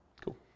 Cool